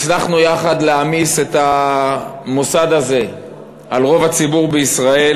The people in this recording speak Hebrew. הצלחנו יחד להמאיס את המוסד הזה על רוב הציבור בישראל.